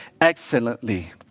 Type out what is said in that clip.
excellently